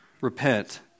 Repent